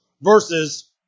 versus